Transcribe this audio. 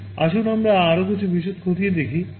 আসুন আমরা আরও কিছু বিশদ খতিয়ে দেখি